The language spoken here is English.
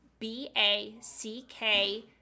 B-A-C-K